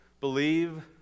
believe